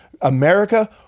America